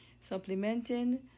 Supplementing